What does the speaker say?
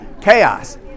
Chaos